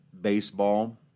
baseball